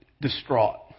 distraught